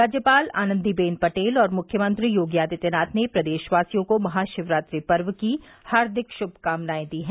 राज्यपाल आनंदीबेन पटेल और मुख्यमंत्री योगी आदित्यनाथ ने प्रदेशवासियों को महाशिवरात्रि पर्व की हार्दिक शुभकामनाएं दी हैं